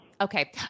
Okay